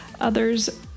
others